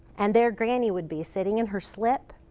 and their granny would be sitting in her slip,